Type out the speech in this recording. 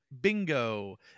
bingo